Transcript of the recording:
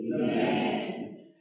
Amen